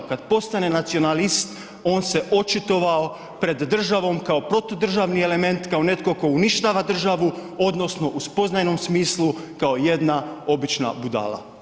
Kad postane nacionalist, on se očitovao pred državom kao protudržavni element, kao netko tko uništava državu odnosno u spoznajnom smislu, kao jedna obična budala.